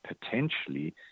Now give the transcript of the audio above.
potentially